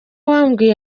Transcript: wambwiye